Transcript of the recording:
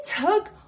took